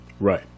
Right